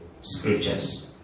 scriptures